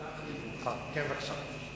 הצעת אי-אמון.